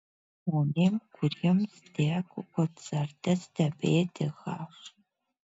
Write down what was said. žmonės kuriems teko koncerte stebėti h